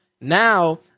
Now